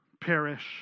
perish